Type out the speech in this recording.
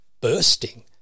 bursting